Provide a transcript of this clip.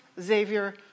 Xavier